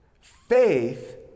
faith